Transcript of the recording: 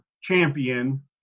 champion